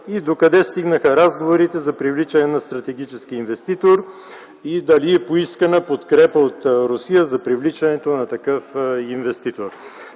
Докъде стигнаха разговорите за привличане на стратегически инвеститор? Дали е поискана подкрепа от Русия за привличането на такъв инвеститор?